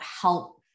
help